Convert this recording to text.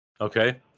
Okay